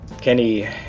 Kenny